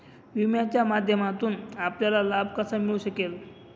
विम्याच्या माध्यमातून आपल्याला लाभ कसा मिळू शकेल?